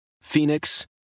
Phoenix